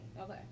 Okay